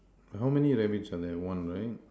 and how many rabbit are there one right